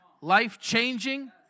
life-changing